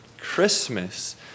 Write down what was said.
Christmas